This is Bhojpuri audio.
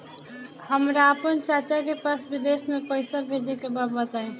हमरा आपन चाचा के पास विदेश में पइसा भेजे के बा बताई